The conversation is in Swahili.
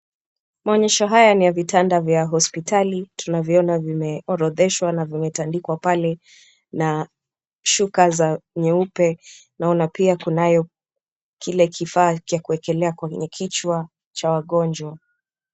Maonyesho haya ni ya vitanda vya hospitali. Tunavyoona vimeorodheshwa na vimetandikwa pale na shuka za nyeupe. Naona pia kunayo kile kifaa cha kuwekelea kwenye kichwa cha wagonjwa.